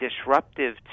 disruptive